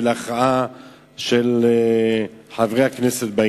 ולהכרעה של חברי הכנסת.